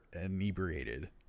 inebriated